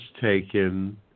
taken